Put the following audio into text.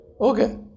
Okay